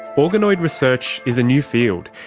organoid research is a new field,